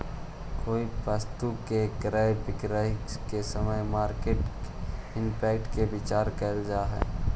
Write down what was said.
कोई वस्तु के क्रय विक्रय के समय मार्केट इंपैक्ट के विचार कईल जा है